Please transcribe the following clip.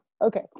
Okay